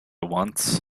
once